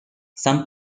some